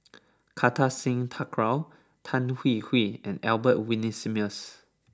Kartar Singh Thakral Tan Hwee Hwee and Albert Winsemius